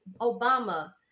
Obama